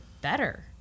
better